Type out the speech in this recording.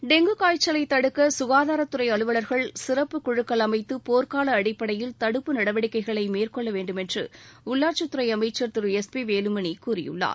dengue காய்ச்சலைத் தடுக்க க்காதாரத்துறை அலுவலர்கள் சிறப்பு குழுக்கள் அமைத்து போர்க்கால அடிப்படையில் தடுப்பு நடவடிக்கைகளை மேற்கொள்ள வேண்டுமென்று உள்ளாட்சித்துறை அமைச்சர் திரு எஸ் பி வேலுமணி கூறியிருக்கிறார்